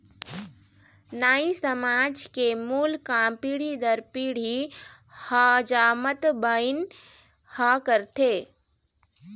नाई समाज के मूल काम पीढ़ी दर पीढ़ी हजामत बनई ह रहिथे